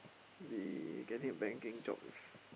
we getting a banking job is